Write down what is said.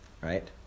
Right